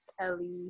Kelly